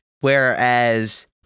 Whereas